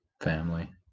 Family